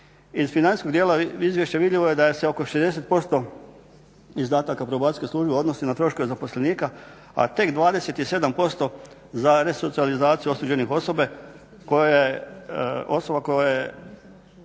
Iz financijskog dijela Izvješća vidljivo je da se oko 60% izdataka Probacijske službe odnosi na troškove zaposlenika, a tek 27% za resocijalizaciju osuđenih